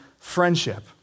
friendship